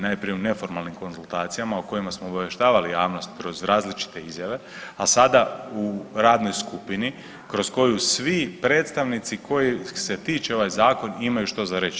Najprije u neformalnim konzultacijama o kojima smo obavještavali javnost kroz različite izjave, a sada u radnoj skupinu kroz koju svi predstavnici kojih se tiče ovaj zakon imaju što za reći.